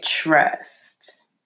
Trust